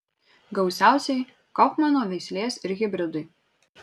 gausiausiai kaufmano veislės ir hibridai